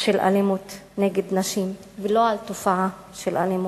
של אלימות נגד נשים ולא על תופעה של אלימות,